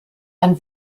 ein